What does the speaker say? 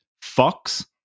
Fox